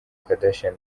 kardashian